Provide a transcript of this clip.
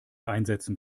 einsetzen